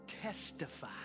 Testify